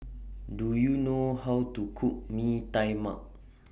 Do YOU know How to Cook Mee Tai Mak